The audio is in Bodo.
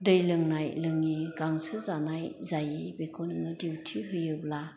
दै लोंनाय लोङि गांसो जानाय जायि बेखौ नोङो दिउथि होयोब्ला